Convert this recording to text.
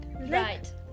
Right